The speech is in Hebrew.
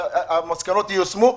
שהמסקנות ייושמו.